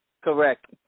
Correct